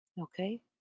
okay